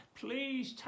Please